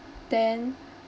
then